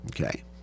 okay